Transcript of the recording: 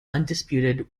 undisputed